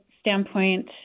standpoint